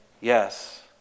Yes